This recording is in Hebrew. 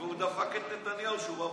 והוא דפק את נתניהו, שהוא באופוזיציה.